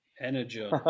Energy